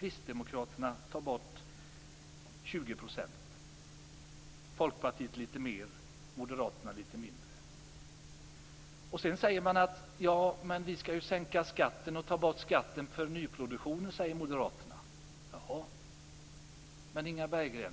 Sedan säger moderaterna: Ja, vi skall sänka skatten och ta bort skatten på nyproduktionen. Men, Inga Berggren,